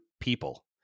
people